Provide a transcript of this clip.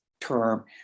term